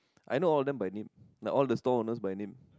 I know all of them by name like all the store owners by name